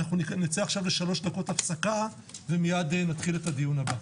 אנחנו נצא עכשיו לשלוש דקות הפסקה ומייד נתחיל את הדיון הבא.